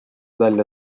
välja